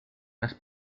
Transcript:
las